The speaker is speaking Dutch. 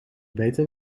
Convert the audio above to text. beter